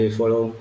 follow